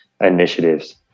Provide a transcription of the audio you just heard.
initiatives